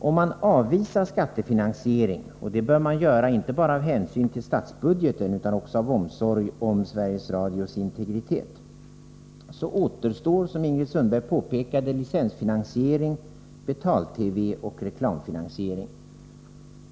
Om man avvisar skattefinansiering — och det bör man göra inte bara av hänsyn till statsbudgeten utan också av omsorg om Sveriges Radios integritet — återstår, som Ingrid Sundberg påpekade, licensfinansiering, betal-TV och reklamfinansiering.